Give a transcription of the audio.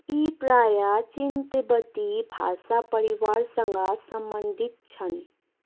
यी प्रायः चीन तिब्बती भाषा परिवारसँग सम्बन्धित छन्